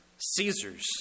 Caesar's